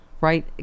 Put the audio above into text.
right